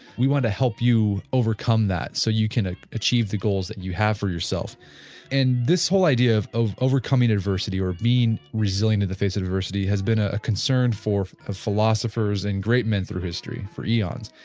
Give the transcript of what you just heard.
we want to help you overcome that so you can achieve the goal that you have for yourself and this whole idea of of overcoming adversity or being resilient in the face adversity has been a concerned for philosophers and great men through history for eons.